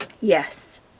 Yes